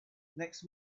next